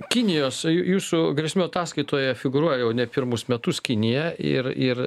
kinijos jūsų grėsmių ataskaitoje figūruoja jau ne pirmus metus kinija ir ir